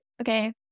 okay